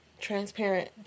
transparent